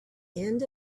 end